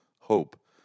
hope